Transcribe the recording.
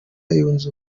yunze